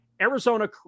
Arizona